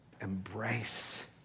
embrace